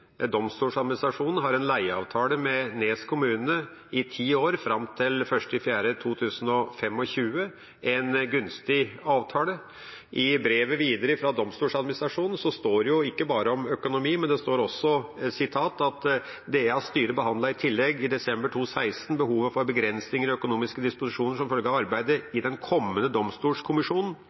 har en leieavtale med Nes kommune i ti år fram til 1. april 2025, en gunstig avtale. I brevet videre fra Domstoladministrasjonen står det ikke bare om økonomi, men det står også at DAs styre behandlet i tillegg i desember i 2016 behovet for begrensninger i økonomiske disposisjoner som følge av arbeidet i den kommende